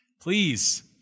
Please